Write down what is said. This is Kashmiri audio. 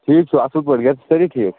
ٹھیٖک چھُو اَصٕل پٲٹھۍ گَرِ چھا سٲری ٹھیٖک